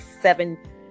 seven